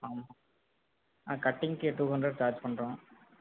ஆமாம் கட்டிங்குக்கு two hundred charge பண்ணுறோம்